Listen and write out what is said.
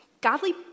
godly